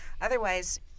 Otherwise